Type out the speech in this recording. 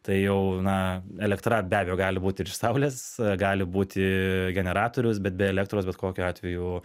tai jau na elektra be abejo gali būt ir iš saulės gali būti generatorius bet be elektros bet kokiu atveju